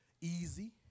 easy